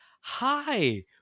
hi